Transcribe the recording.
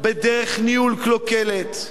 בדרך ניהול קלוקלת.